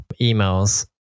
emails